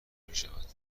میشود